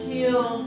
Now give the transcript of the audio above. Heal